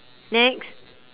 next